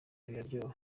biraryoha